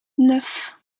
neuf